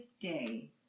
day